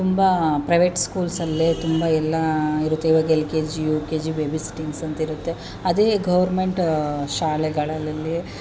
ತುಂಬ ಪ್ರವೇಟ್ ಸ್ಕೂಲ್ಸಲ್ಲಿ ತುಂಬ ಎಲ್ಲ ಇರುತ್ತೆ ಇವಾಗ L K G U K G baby sittings ಅಂತ ಇರುತ್ತೆ ಅದೇ ಘೌರ್ಮೆಂಟ್ ಶಾಲೆಗಳಲ್ಲಿ